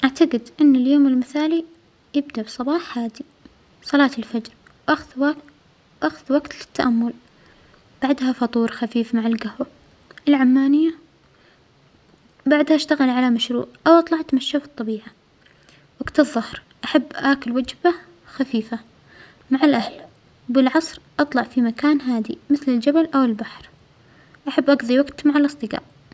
أعتجد أن اليوم المثالي يبدأ بصباح هادئ، صلاة الفجر أخذ وجت-أخذ وجت للتأمل بعدها فطور خفيف مع الجهوة العمانية بعدها أشتغل على مشروع أو أطلع أتمشى في الطبيعة، وجت الظهر أحب أكل وجبة خفيفة مع الأهل وبالعصر أطلع فى مكان هادئ مثل الجبل أو البحر، أحب أجظي وجت مع الأصدقاء.